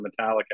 Metallica